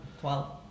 twelve